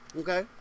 okay